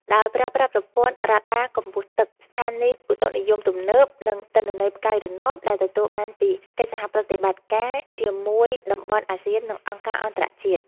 ដោយប្រើប្រាស់ប្រព័ន្ធរ៉ាដាកម្ពស់ទឹក ស្ថានីយឧតុនិយមទំនើប និងទិន្នន័យផ្កាយរណបដែលទទួលបានពីកិច្ចសហប្រតិបត្តិការជាមួយតំបន់អាស៊ាន និងអង្គការអន្តរជាតិ។